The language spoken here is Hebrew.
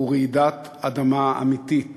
הוא רעידת אדמה אמיתית